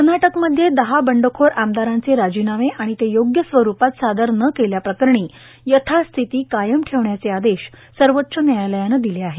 कर्नाटकमध्ये दहा बंडखोर आमदारांचे राजीनामे आणि ते योग्य स्वरूपात सादर न केल्याप्रकरणी यथास्थिती कायम ठेवण्याचे आदेश सर्वोच्च न्यायालयानं दिले आहे